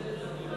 רבותי, רבותי.